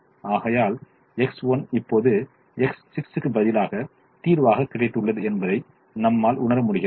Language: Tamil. ஆகையால் X1 இப்போது X6 க்கு பதிலாக தீர்வாக கிடைத்துள்ளது என்பதை நம்மால் உணர முடிகிறது